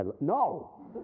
No